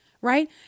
right